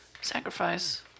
Sacrifice